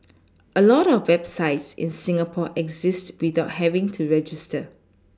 a lot of websites in Singapore exist without having to register